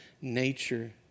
nature